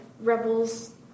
rebels